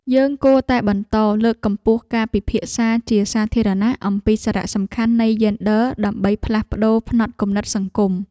យើងគួរតែបន្តលើកកម្ពស់ការពិភាក្សាជាសាធារណៈអំពីសារៈសំខាន់នៃយេនឌ័រដើម្បីផ្លាស់ប្តូរផ្នត់គំនិតសង្គម។